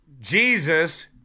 Jesus